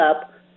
up